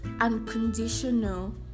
unconditional